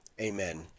Amen